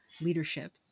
leadership